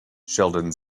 sheldon